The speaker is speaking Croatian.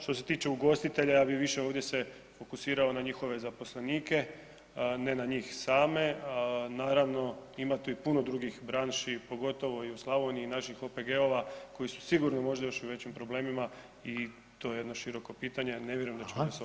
Što se tiče ugostitelja ja bih više ovdje se fokusirao na njihove zaposlenike, ne na njih same naravno ima tu i puno drugih branši pogotovo i u Slavoniji i naših OPG-ova koji su sigurno možda još i u većim problemima i to je jedno široko pitanje, ali ne vjerujem da ćemo s ovim riješiti.